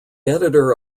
editor